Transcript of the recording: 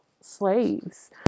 slaves